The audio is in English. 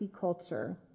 culture